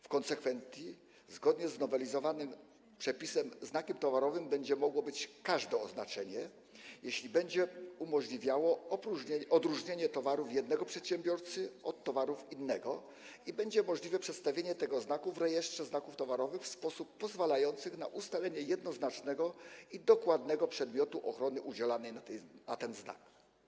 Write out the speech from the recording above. W konsekwencji, zgodnie z nowelizowanym przepisem, znakiem towarowym będzie mogło być każde oznaczenie, jeśli będzie umożliwiało odróżnienie towarów jednego przedsiębiorcy od towarów innego i będzie możliwe przedstawienie tego znaku w rejestrze znaków towarowych w sposób pozwalający na ustalenie jednoznacznego i dokładnego przedmiotu ochrony udzielanej na ten znak.